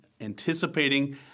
anticipating